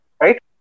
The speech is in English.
right